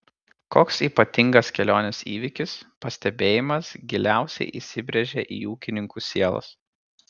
koks ypatingas kelionės įvykis pastebėjimas giliausiai įsibrėžė į ūkininkų sielas